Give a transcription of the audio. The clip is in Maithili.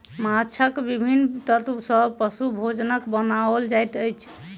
माँछक विभिन्न तत्व सॅ पशु भोजनक बनाओल जाइत अछि